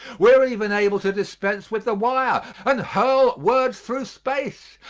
we are even able to dispense with the wire and hurl words through space,